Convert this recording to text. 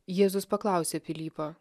jėzus paklausė pilypą